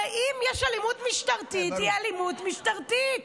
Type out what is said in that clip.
הרי אם יש אלימות משטרתית, היא אלימות משטרתית.